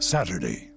Saturday